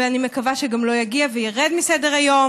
ואני מקווה שגם לא יגיע וירד מסדר-היום,